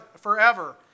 forever